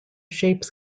shapes